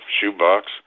shoebox